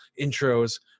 intros